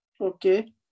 Okay